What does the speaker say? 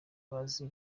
bazi